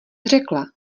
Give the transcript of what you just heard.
řekla